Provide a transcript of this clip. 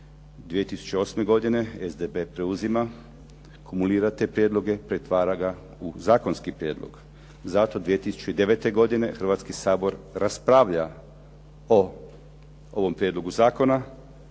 2008. godine SDP preuzima, kumulira te prijedloge, pretvara ga u zakonski prijedlog, zato 2009. godine Hrvatski sabor raspravlja o ovom prijedlogu zakona